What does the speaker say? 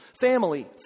family